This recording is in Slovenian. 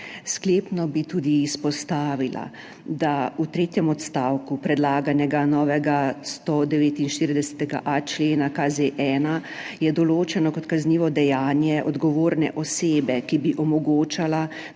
Sklepno bi tudi izpostavila, da je v tretjem odstavku predlaganega novega 149.a člena KZ-1 določeno kot kaznivo dejanje odgovorne osebe, ki bi omogočala,